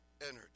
energy